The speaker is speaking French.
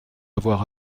avoir